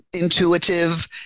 intuitive